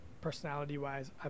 personality-wise